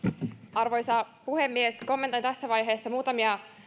arvoisa puhemies kommentoin tässä vaiheessa muutamia